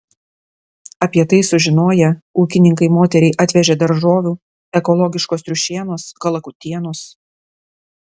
apie tai sužinoję ūkininkai moteriai atvežė daržovių ekologiškos triušienos kalakutienos